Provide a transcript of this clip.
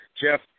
Jeff